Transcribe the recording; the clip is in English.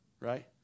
right